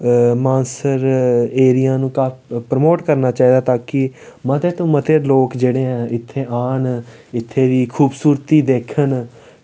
Mansar area गी promote करना चाहिदा तां कि मते शा मते लोक जेह्ड़े ऐं इत्थै आह्न इत्थै दी खूबसूरती दिक्खन